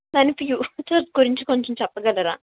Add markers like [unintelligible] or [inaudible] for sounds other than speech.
పని తీరు [unintelligible] గురించి కొంచెం చెప్పగలరా